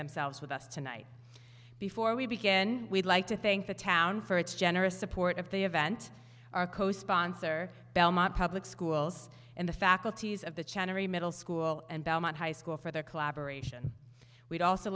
themselves with us tonight before we begin we'd like to thank the town for its generous support of the event our co sponsor belmont public schools and the faculties of the chanter a middle school and belmont high school for their collaboration we'd also